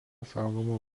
saugoma